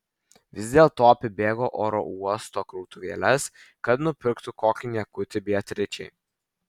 vis dėlto apibėgo oro uosto krautuvėles kad nupirktų kokį niekutį beatričei